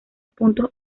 puntos